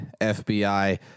FBI